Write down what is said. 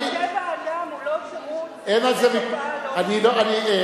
טבע האדם הוא לא תירוץ לתופעה לא רצויה.